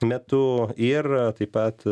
metu ir taip pat